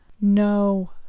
No